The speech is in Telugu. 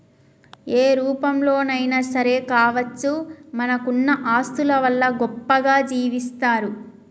ఏ రూపంలోనైనా సరే కావచ్చు మనకున్న ఆస్తుల వల్ల గొప్పగా జీవిస్తరు